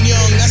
Young